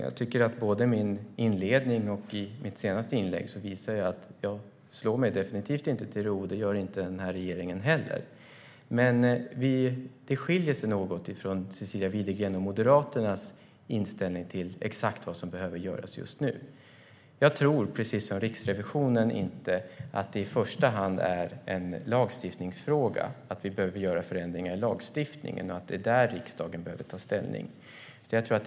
Jag tycker att jag både i mitt interpellationssvar och i mitt senaste inlägg visade att jag definitivt inte slår mig till ro, och det gör inte heller regeringen. Men vår inställning skiljer sig lite från Cecilia Widegrens och Moderaternas inställning till exakt vad som behöver göras just nu. Precis som Riksrevisionen tror jag inte att det i första hand är en lagstiftningsfråga, att vi behöver göra förändringar i lagstiftningen som riksdagen ska ta ställning till.